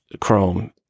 Chrome